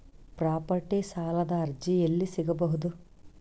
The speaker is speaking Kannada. ಪ್ರಾಪರ್ಟಿ ಸಾಲದ ಅರ್ಜಿ ಎಲ್ಲಿ ಸಿಗಬಹುದು?